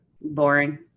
boring